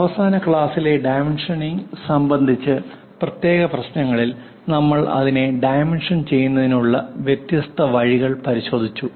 അവസാന ക്ലാസിലെ ഡൈമെൻഷനിംഗ് സംബന്ധിച്ച പ്രത്യേക പ്രശ്നങ്ങളിൽ നമ്മൾ അതിനെ ഡൈമെൻഷൻ ചെയ്യുന്നതിനുള്ള വ്യത്യസ്ത വഴികൾ പരിശോധിച്ചു